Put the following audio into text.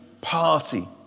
party